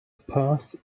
path